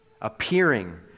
appearing